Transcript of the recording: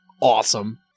Awesome